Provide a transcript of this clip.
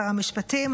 שר המשפטים,